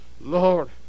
Lord